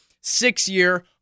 Six-year